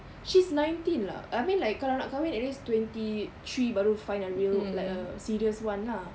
she's nineteen lah I mean like kalau nak kahwin at least twenty three baru find a real like a serious [one] lah